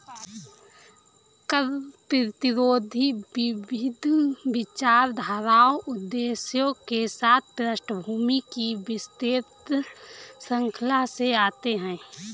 कर प्रतिरोधी विविध विचारधाराओं उद्देश्यों के साथ पृष्ठभूमि की विस्तृत श्रृंखला से आते है